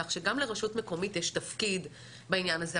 כך שגם לרשות מקומית יש תפקיד בעניין הזה.